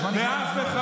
הזמן נגמר מזמן.